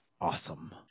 Awesome